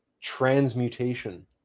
transmutation